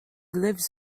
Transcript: lives